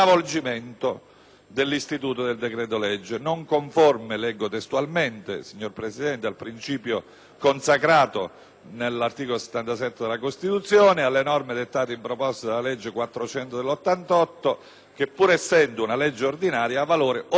dell'istituto del decreto-legge, non conforme, e leggo testualmente, signor Presidente: «al principio consacrato nell'articolo 77 della Costituzione e alle norme dettate in proposito dalla legge n. 400 del 1988 che, pur essendo una legge ordinaria, ha valore ordinamentale,